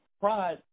pride